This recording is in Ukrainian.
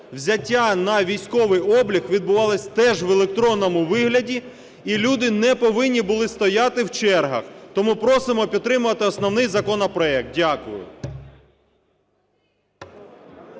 взяття на військовий облік відбувалося теж в електронному вигляді, і люди не повинні були стояти в чергах. Тому просимо підтримати основний законопроект. Дякую.